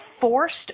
forced